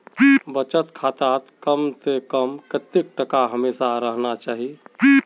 बचत खातात कम से कम कतेक टका हमेशा रहना चही?